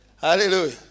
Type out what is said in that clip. Hallelujah